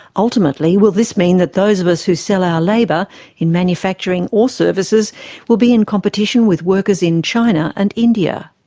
ultimately, will this mean that those of us who sell our labour in manufacturing or services will be in competition with workers in china and india?